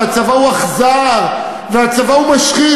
שהצבא הוא אכזר והצבא הוא משחית.